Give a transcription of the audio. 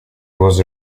was